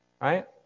right